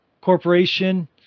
corporation